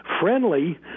friendly